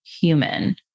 human